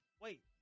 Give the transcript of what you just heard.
wait